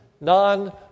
non